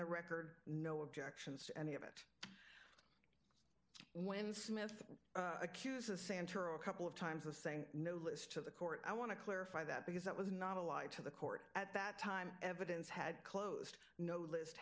the record no objections to any of it when smith accuses santoro a couple of times of saying no list to the court i want to clarify that because that was not a lie to the court at that time evidence had closed no list